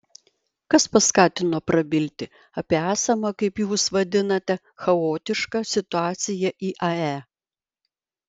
kas paskatino prabilti apie esamą kaip jūs vadinate chaotišką situaciją iae